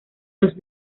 los